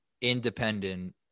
independent